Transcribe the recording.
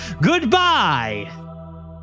Goodbye